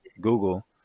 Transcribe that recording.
Google